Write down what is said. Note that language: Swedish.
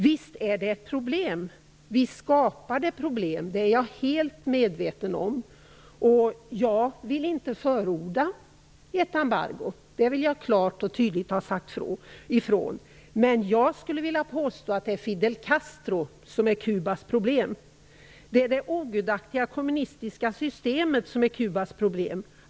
Visst är det ett problem och visst skapar det problem - det är jag helt medveten om, och jag vill klart och tydligt säga att jag inte förordar ett embargo. Jag skulle vilja påstå att det är Fidel Castro som är Kubas problem. Det är det ogudaktiga kommunistiska systemet som är Kubas problem.